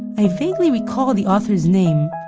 i vaguely recalled the author's name.